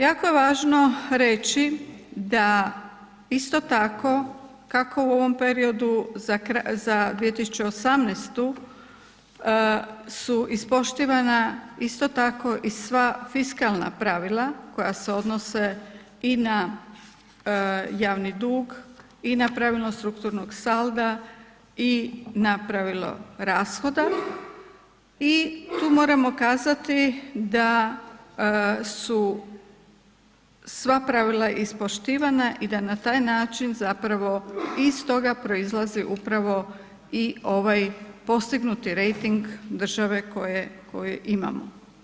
Jako je važno reći da isto tako kako u ovom periodu za 2018. su ispoštivana isto tako i sva fiskalna pravila koja se odnose i na javni dug i na pravilo strukturnog salda i na pravilo rashoda i tu moramo kazati da su sva pravila ispoštivana i da na taj način zapravo iz toga proizlaze upravo i ovaj postignuti rejting države koju imamo.